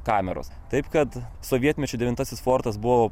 kameros taip kad sovietmečiu devintasis fortas buvo